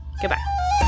goodbye